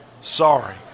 sorry